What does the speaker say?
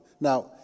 Now